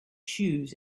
shoes